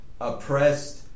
oppressed